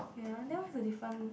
ya then what is the different